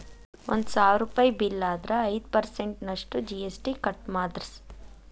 ಒಂದ್ ಸಾವ್ರುಪಯಿ ಬಿಲ್ಲ್ ಆದ್ರ ಐದ್ ಪರ್ಸನ್ಟ್ ನಷ್ಟು ಜಿ.ಎಸ್.ಟಿ ಕಟ್ ಮಾದ್ರ್ಸ್